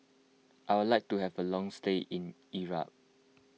I would like to have a long stay in Iraq